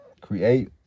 Create